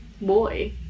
boy